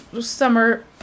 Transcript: summer